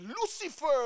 Lucifer